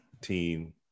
team